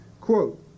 Quote